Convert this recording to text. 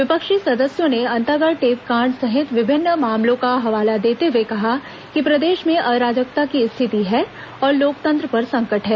विपक्षी सदस्यों ने अंतागढ़ टेपकांड सहित विभिन्न मामलों का हवाला देते हुए कहा कि प्रदेश में अराजकता की स्थिति है और लोकतंत्र पर संकट है